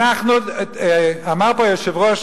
אמר פה היושב-ראש,